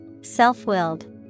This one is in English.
Self-willed